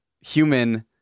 human